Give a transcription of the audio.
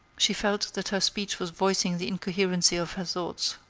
she felt that her speech was voicing the incoherency of her thoughts,